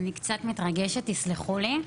אני קצת מתרגשת, תסלחו לי.